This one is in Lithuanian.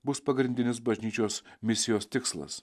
bus pagrindinis bažnyčios misijos tikslas